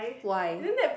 why